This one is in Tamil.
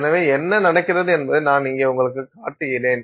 எனவே என்ன நடக்கிறது என்பதை நான் இங்கே உங்களுக்குக் காட்டுகிறேன்